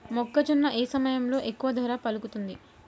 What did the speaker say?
మొక్కజొన్న ఏ సమయంలో ఎక్కువ ధర పలుకుతుంది?